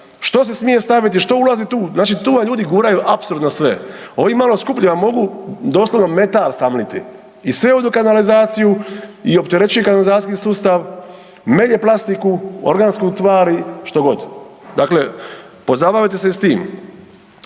Što se smije staviti, što ulazi tu, znači tu vam ljudi guraju apsolutno sve. Ovi malo skuplji vam mogu doslovno metal samliti i sve ode u kanalizaciju i opterećuju kanalizacijski sustav, melje plastiku, organske tvari, što god. Dakle, pozabavite se s tim.